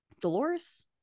dolores